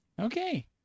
okay